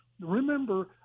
remember –